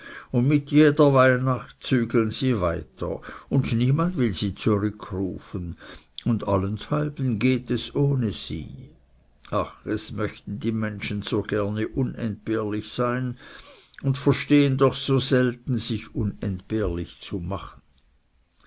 und mit jeder weihnacht zügeln sie weiter und niemand will sie zurückrufen und allenthalben geht es ohne sie ach es möchten die menschen so gerne unentbehrlich sein und verstehen doch so selten sich unentbehrlich zu machen